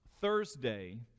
Thursday